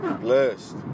Blessed